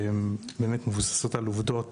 שהן לא מבוססות על עובדות